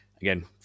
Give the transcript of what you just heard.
Again